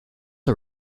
are